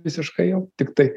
visiškai jau tiktai